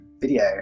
video